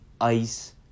ice